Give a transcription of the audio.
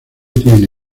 tiene